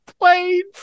planes